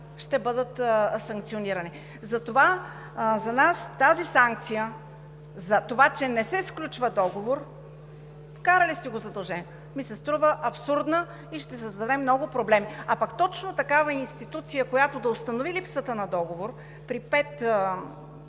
ще бъдат санкционирани. За нас санкцията за това, че не се сключва договор, вкарали сте го в задължение, ни се струва абсурдна и ще създаде много проблеми. А точно такава институция, която да установи липсата на договор, при пет